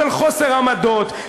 של חוסר עמדות,